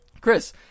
Chris